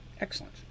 Excellent